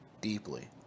deeply